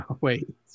wait